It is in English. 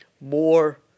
more